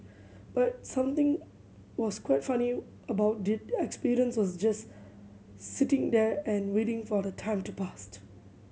but something was quite funny about the experience was just sitting there and waiting for the time to past